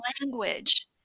language